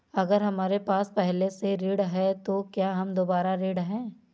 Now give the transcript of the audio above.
अगर हमारे पास पहले से ऋण है तो क्या हम दोबारा ऋण हैं?